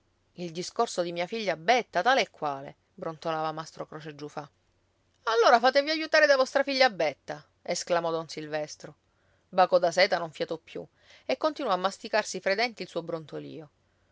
il discorso di mia figlia betta tale e quale brontolava mastro croce giufà allora fatevi aiutare da vostra figlia betta esclamò don silvestro baco da seta non fiatò più e continuò a masticarsi fra i denti il suo brontolio